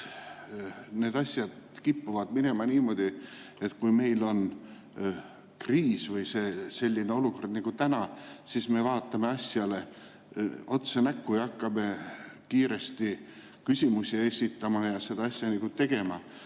need asjad kipuvad minema niimoodi, et kui meil on kriis või selline olukord nagu täna, siis me vaatame asjale otse näkku ja hakkame kiiresti küsimusi esitama ja seda asja tegema,